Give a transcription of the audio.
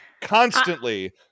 constantly